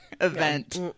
event